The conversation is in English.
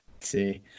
see